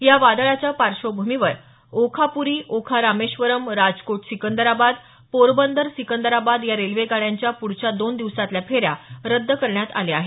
या वादळाच्या पार्श्वभूमीवर ओखा पुरी ओखा रामेश्वरम् राजकोट सिकंदराबाद पोरबंदर सिकंदराबाद या रेल्वे गाड्यांच्या पुढच्या दोन दिवसांतल्या फेऱ्या रद्द करण्यात आल्या आहेत